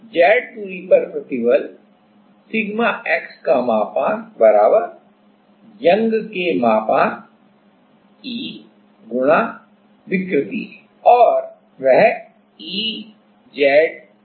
Z दूरी पर प्रतिबल σ x का मापांक यंग के मापांक E गुणा εx है और वह EZ ρ है